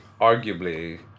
arguably